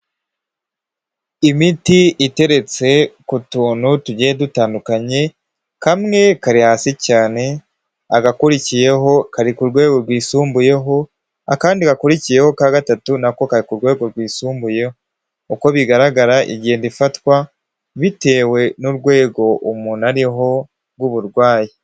Imiti iteretse ku tuntu tugiye dutandukanye kamwe kari hasi cyane agakurikiyeho kari ku rwego rwisumbuyeho akandi gakurikiyeho ka gatatu nako ku rwego rwisumbuyeho uko bigaragara igenda ifatwa bitewe n'urwego umuntu ariho rw'uburwayi.